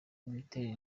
imiterere